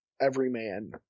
Everyman